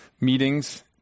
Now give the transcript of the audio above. meetings